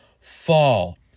fall